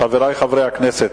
חברי חברי הכנסת,